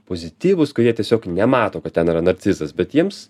pozityvūs kurie tiesiog nemato kad ten yra narcizas bet jiems